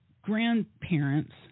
grandparents